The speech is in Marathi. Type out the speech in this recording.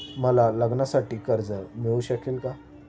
मला लग्नासाठी कर्ज मिळू शकेल का?